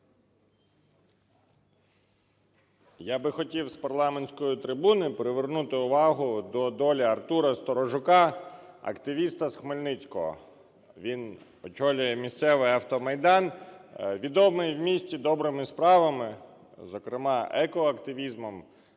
Я би хотів з парламентської трибуни привернути увагу до долі Артура Сторожука, активіста з Хмельницького. Він очолює місцевий "Автомайдан", відомий в місті добрими справами, зокрема екоактивізмом,